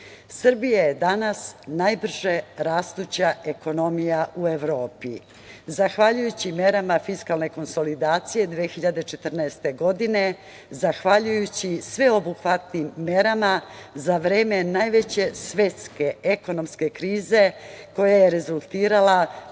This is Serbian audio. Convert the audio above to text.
Srbija je danas najbrže rastuća ekonomija u Evropi. Zahvaljujući merama fiskalne konsolidacije 2014. godine, zahvaljujući sveobuhvatnim merama za vreme najveće svetske, ekonomske krize koja je rezultirala